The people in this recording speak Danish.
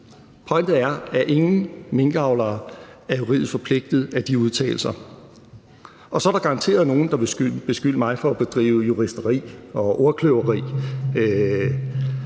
Pointen er, at ingen minkavlere er juridisk forpligtet af de udtalelser. Og så er der garanteret nogen, der vil beskylde mig for at bedrive juristeri og ordkløveri,